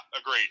Agreed